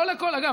אגב,